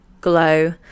glow